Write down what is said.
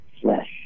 flesh